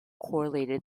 correlated